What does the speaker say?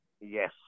Yes